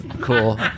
Cool